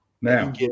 Now